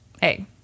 hey